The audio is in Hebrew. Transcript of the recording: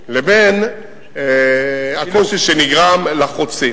לבין הקושי שנגרם לחוצים.